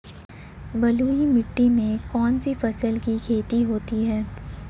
बलुई मिट्टी में कौनसी फसल की खेती होती है?